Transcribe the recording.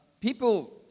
People